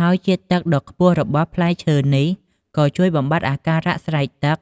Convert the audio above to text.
ហើយជាតិទឹកដ៏ខ្ពស់របស់ផ្លែឈើនេះ ក៏ជួយបំបាត់អាការៈស្រេកទឹក